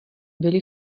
byli